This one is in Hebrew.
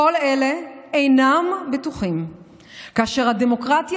כל אלה אינם בטוחים כאשר הדמוקרטיה